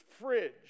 fridge